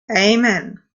amen